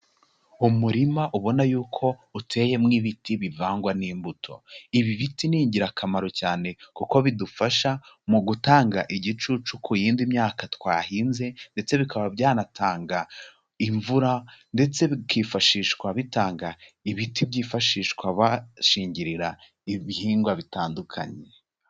Umurima ubona y'uko uteyemo ibiti bivangwa n'imbuto, ibi biti ni ingirakamaro cyane kuko bidufasha mu gutanga igicucu ku yindi myaka twahinze ndetse bikaba byanatanga imvura ndetse bikifashishwa bitanga ibiti byifashishwa bashingirira ibihingwa bitandukanye.